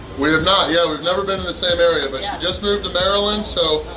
we have not yet. we've never been in the same area but she just moved to maryland so,